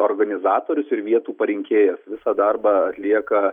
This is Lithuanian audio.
organizatorius ir vietų parinkėjas visą darbą atlieka